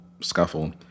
scuffle